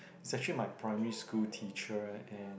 is actually my primary school teacher and